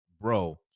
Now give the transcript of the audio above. bro